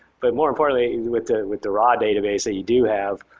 but more importantly with the with the raw database that you do have,